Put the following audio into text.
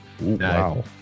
Wow